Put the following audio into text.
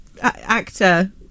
actor